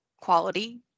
quality